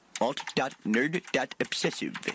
Alt.nerd.obsessive